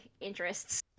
interests